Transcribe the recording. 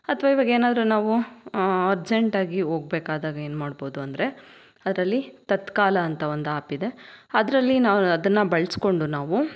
ಅಥವಾ ಇವಾಗ ಏನಾದ್ರೂ ನಾವು ಅರ್ಜೆಂಟಾಗಿ ಹೋಗಬೇಕಾದಾಗ ಏನ್ಮಾಡ್ಬೋದು ಅಂದರೆ ಅದರಲ್ಲಿ ತತ್ಕಾಲ ಅಂತ ಒಂದು ಆ್ಯಪ್ ಇದೆ ಅದರಲ್ಲಿ ನಾವು ಅದನ್ನು ಬಳಸ್ಕೊಂಡು ನಾವು